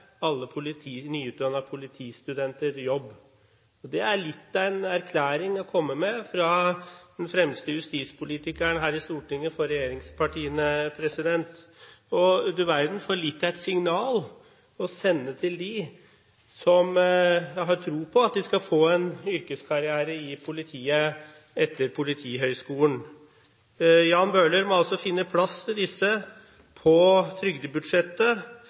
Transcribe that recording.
alle nyutdannede politistudenter jobb. Det er litt av en erklæring å komme med fra den fremste justispolitikeren for regjeringspartiene her i Stortinget. Du verden for et signal å sende til dem som har tro på at de skal få en yrkeskarriere i politiet etter Politihøgskolen! Jan Bøhler må altså finne plass til disse på trygdebudsjettet